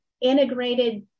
integrated